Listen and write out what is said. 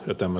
nyt emme